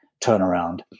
turnaround